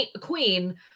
Queen